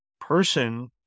person